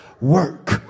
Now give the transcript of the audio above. work